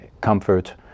comfort